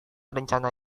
rencana